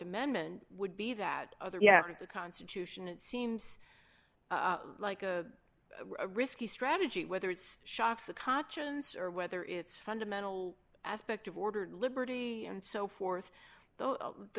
amendment would be that other of the constitution it seems like a risky strategy whether it's shocks the conscience or whether it's fundamental aspect of ordered liberty and so forth the